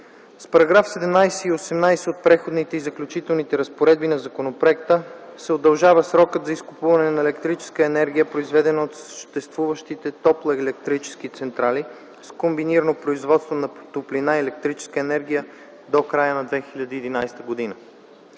С § 17 и 18 от Преходните и заключителните разпоредби на законопроекта се удължава срокът за изкупуване на електрическата енергия, произведена от съществуващите топлоелектрически централи с комбинирано производство на топлинна и електрическа енергия до края на 2011 г.